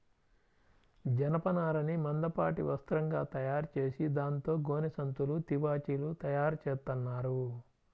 జనపనారని మందపాటి వస్త్రంగా తయారుచేసి దాంతో గోనె సంచులు, తివాచీలు తయారుచేత్తన్నారు